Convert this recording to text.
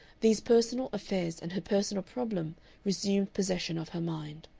these personal affairs and her personal problem resumed possession of her mind.